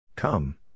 Come